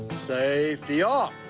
safety off.